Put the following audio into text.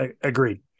agreed